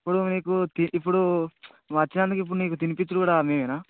ఇప్పుడు మీకు కి ఇప్పుడు వచ్చినందుకు ఇప్పుడు నీకు తినిపిచ్చుడు కూడా మేమేనా